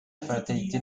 fatalité